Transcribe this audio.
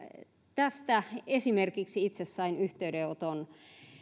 tästä esimerkiksi itse sain yhteydenoton